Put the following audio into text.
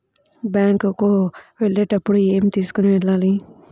Bank కు వెళ్ళేటప్పుడు ఏమి తీసుకొని వెళ్ళాలి?